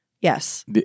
yes